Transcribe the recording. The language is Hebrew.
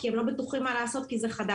כי הם לא בטוחים מה לעשות כי זה חדש.